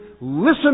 listen